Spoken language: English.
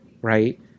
right